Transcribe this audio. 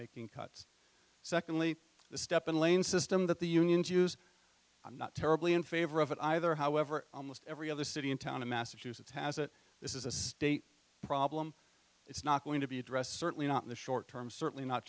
making cuts secondly the step in lane system that the unions use i'm not terribly in favor of it either however almost every other city in town of massachusetts has it this is a state problem it's not going to be addressed certainly not in the short term certainly not